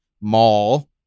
Mall